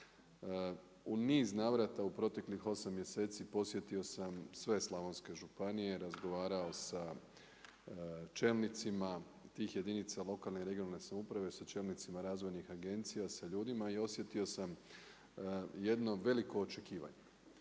U niz navrata u proteklih 8 mjeseci posjetio sam sve slavonske županije, razgovarao sa čelnicima tih jedinica lokalne i regionalne samouprave, sa čelnicima razvojnih agencija, sa ljudima i osjetio sam jedno veliko očekivanje.